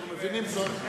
אנחנו מבינים זאת,